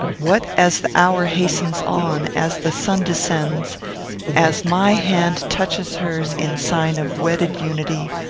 what as the hour hastens on as the sun descends as my hand touches hers in sign of wedded unity,